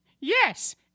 Yes